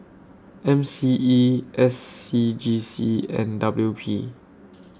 M C E S C G C and W P